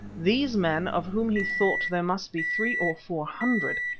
these men, of whom he thought there must be three or four hundred,